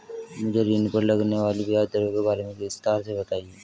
मुझे ऋण पर लगने वाली ब्याज दरों के बारे में विस्तार से समझाएं